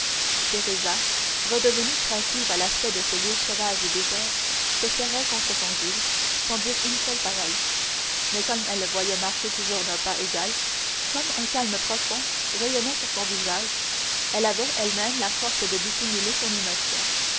teresa redevenue craintive à l'aspect de ce lieu sauvage et désert se serrait contre son guide sans dire une parole mais comme elle le voyait marcher toujours d'un pas égal comme un calme profond rayonnait sur son visage elle avait elle-même la force de dissimuler son émotion